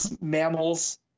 mammals